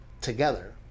together